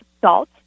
salt